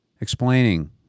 explaining